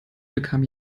bekam